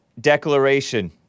Declaration